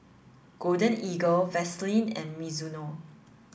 Golden Eagle Vaseline and Mizuno